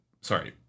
sorry